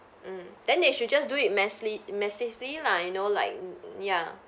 mm then they should just do it mess~ massively lah you know like ya